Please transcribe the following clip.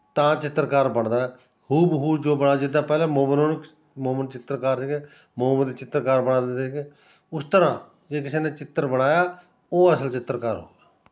ਤਾਂ ਚਿੱਤਰਕਾਰ ਬਣਦਾ ਹੂ ਬ ਹੂ ਜੋ ਬਣਾ ਜਿੱਦਾਂ ਪਹਿਲਾਂ ਮੋਮਨ ਚਿੱਤਰਕਾਰ ਸੀਗੇ ਮੋਮਨ ਦੇ ਚਿੱਤਰਕਾਰ ਬਣਾ ਦਿੰਦੇ ਸੀਗੇ ਉਸ ਤਰ੍ਹਾਂ ਜੇ ਕਿਸੇ ਨੇ ਚਿੱਤਰ ਬਣਾਇਆ ਉਹ ਅਸਲ ਚਿੱਤਰਕਾਰ ਹੋਊਗਾ